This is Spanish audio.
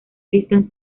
listan